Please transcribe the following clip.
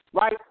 right